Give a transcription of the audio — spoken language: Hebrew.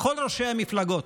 לכל ראשי המפלגות.